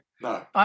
no